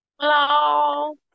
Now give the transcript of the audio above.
Hello